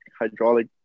hydraulic